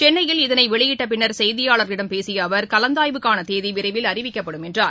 சென்னையில் வெளியிட்ட பின்னர் இதனை செய்தியாளர்களிடம் பேசிய அவர் கலந்தாய்வுக்கான தேதி விரைவில் அறிவிக்கப்படும் என்றார்